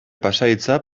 pasahitza